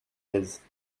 lèze